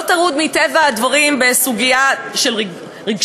לא טרוד מטבע הדברים בסוגיות רגשיות,